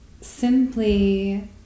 simply